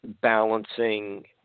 balancing